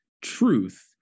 truth